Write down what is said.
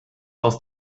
aus